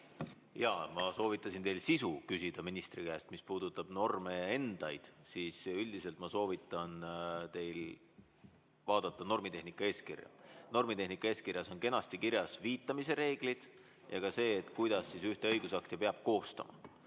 Ma soovitasin teil ministri käest sisu küsida. Mis puudutab norme endid, siis üldiselt ma soovitan teil vaadata normitehnika eeskirja. Normitehnika eeskirjas on kenasti kirjas viitamise reeglid ja ka see, kuidas ühte õigusakti peab koostama.